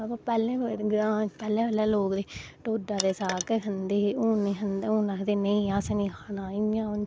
पैहले पैहले लोक ढोडा ते साग गै खंदे हे पर अजकल नेईं खंदे हून आखदे असेंं नेई खाना